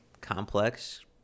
complex